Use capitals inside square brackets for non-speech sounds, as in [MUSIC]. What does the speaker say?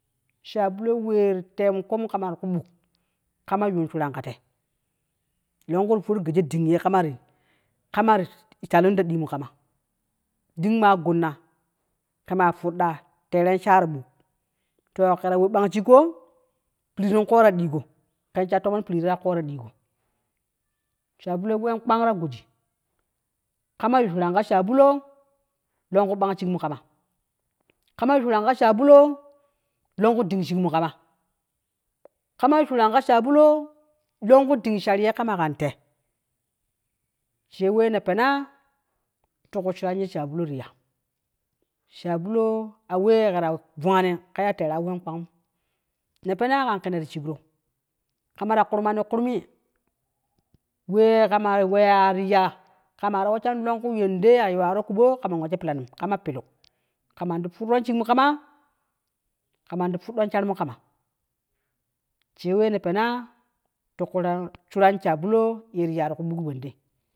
Shabulo wee ti temomu kama ti ku buk, kama yun shuran ka te, longku ti ⼲ur giji dingye kamarit kamarit ti twalong ta dii mu kama, ding maa gunna ke maa ⼲udɗa teeren shaaro buk to deda we bang shigko pirit in koo ta diigo. ken sha tomon pirit yeta koota diigo, shabulo wen kpang ta godi, kama yu shuran ka shabulo, longku bang shigmu kama, kama yu shuran ka shabulo longku ding shigmu kama, kama yu shuran ka shabulo longku ding shar ye kama kan te [UNINTELLIGIBLE] wee ne peena tiku shuran ye shabulotiya, shabulo awe kera we vinganinu keya teere ween kpangum, ne penaa kan kene ti shigro, kama ta kurmani kurmii wee kama weyaa tiya kama ta weshani yende ya yuwaro kobo kaman wejo pilanim kama pilu kaman ti ⼲urron shigmu kama, kaman ti ⼲uddon sharmu kama she wee ne penaa tu kura shure shabulo ye ti ya ti ku buk wende.